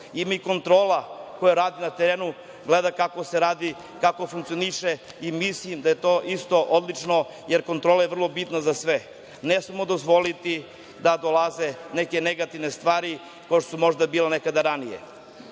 i kontrola koja radi na terenu, gleda kako se radi, kako funkcioniše i mislim da je to isto odlično, jer kontrola je vrlo bitna za sve. Ne smemo dozvoliti da dolaze neke negativne stvari kao što je možda bilo nekada ranije.